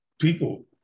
people